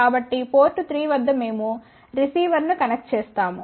కాబట్టి పోర్ట్ 3 వద్ద మేము రిసీవర్ను కనెక్ట్ చేస్తాము